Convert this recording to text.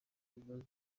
ibibazo